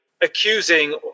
accusing